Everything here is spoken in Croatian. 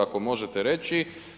Ako možete reći.